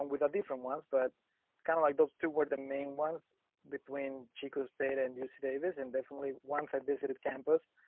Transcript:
with a different ones, but kind of like those two were the main ones between chico state and uc davis and definitely once i visited campus.